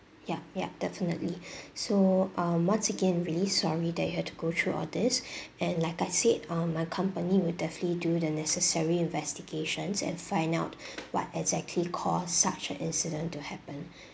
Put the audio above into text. ya ya definitely so um once again really sorry that you have to go through all this and like I said um my company will definitely do the necessary investigations and find out what exactly caused such an incident to happen